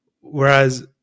Whereas